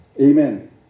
amen